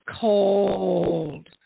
cold